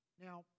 Now